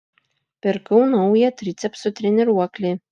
pirkau naują tricepsų treniruoklį